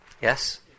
Yes